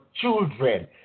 children